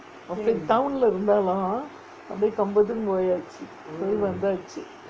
அப்பே:appae town லே:lae இருந்தாலும் அப்டியே கம்பத்துக்கும் போயாச்சு போய் வந்தாச்சு:irunthaalum apdiye kambathukkum poyaachu poi vanthachu